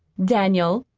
daniel,